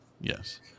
Yes